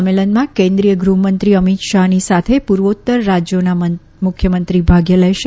સંમેલનમાં કેન્દ્રીય ગૃહમંત્રી અમિત શાહની સાથે પૂર્વોત્તર રાજ્યોના મુખ્યમંત્રી ભાગ લેશે